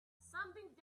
something